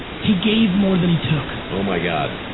he gave more than he took. oh my god.